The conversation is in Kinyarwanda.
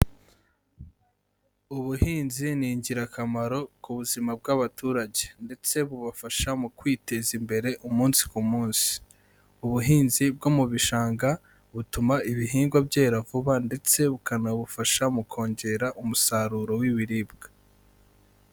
Ubuhinzi ni ingirakamaro ku buzima bw'abaturage ndetse bubafasha mu kwiteza imbere umunsi ku munsi, ubuhinzi bwo mu bishanga butuma ibihingwa byera vuba ndetse bukanabufasha mu kongera umusaruro w'ibiribwa.